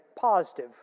positive